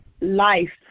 life